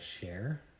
share